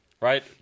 right